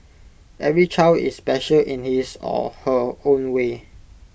every child is special in his or her own way